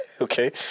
Okay